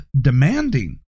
demanding